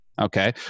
okay